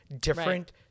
different